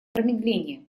промедления